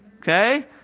Okay